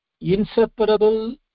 inseparable